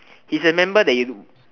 he's a member that